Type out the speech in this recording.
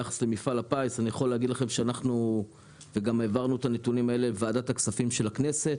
וגם העברתי את הנתונים לוועדת הכספים של הכנסת.